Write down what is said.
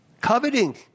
coveting